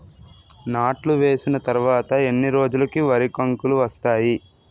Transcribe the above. నాట్లు వేసిన తర్వాత ఎన్ని రోజులకు వరి కంకులు వస్తాయి?